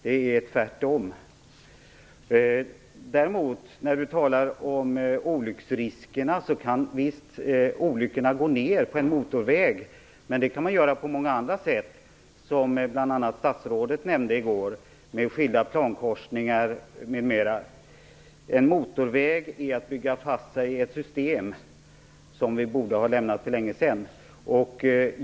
Det är tvärtom. När Lennart Nilsson däremot talar om olycksriskerna kan antalet olyckor på en motorväg visst minska. Men det kan ske på många andra sätt, som bl.a. statsrådet nämnde i går, t.ex. med skilda plankorsningar m.m. En motorväg är att bygga fast sig i ett system som vi borde ha lämnat för länge sedan.